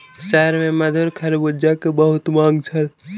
शहर में मधुर खरबूजा के बहुत मांग छल